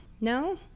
No